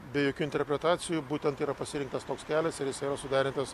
be jokių interpretacijų būtent tai yra pasirinktas toks kelias ir jis yra suderintas